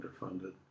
underfunded